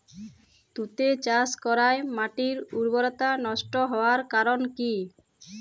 তুতে চাষ করাই মাটির উর্বরতা নষ্ট হওয়ার কারণ কি?